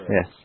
Yes